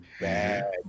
bad